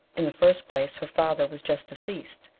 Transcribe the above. in the first place, her father was just deceased,